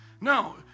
No